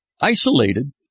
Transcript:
isolated